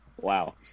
wow